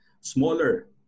smaller